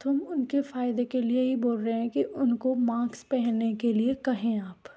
तो हम उनके फायदे के लिए ही बोल रहें हैं कि उनको माक्स पहनने के लिए कहें आप